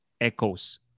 echoes